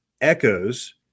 echoes